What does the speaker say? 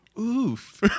Oof